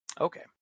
Okay